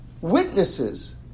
witnesses